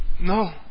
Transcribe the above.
no